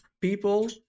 people